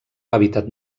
hàbitat